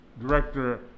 director